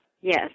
Yes